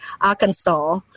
Arkansas